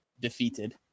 defeated